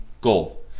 goal